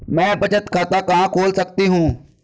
मैं बचत खाता कहां खोल सकती हूँ?